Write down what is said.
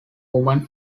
woman